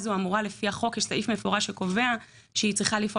בחוק יש סעיף מפורש שקובע שהיא צריכה לפעול